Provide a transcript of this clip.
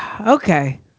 okay